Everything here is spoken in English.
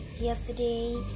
yesterday